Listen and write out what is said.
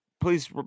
Please